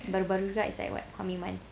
baru-baru juga is like what how many months